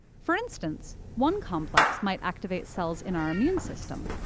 for instance, one complex might activate cells in our immune system,